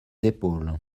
épaules